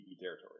territory